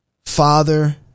Father